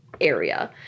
area